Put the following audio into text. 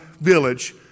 village